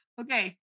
Okay